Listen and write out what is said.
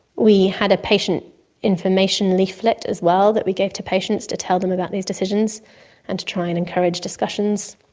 we had a patient information leaflet as well that we gave to patients to tell them about these decisions and to try and encourage discussions.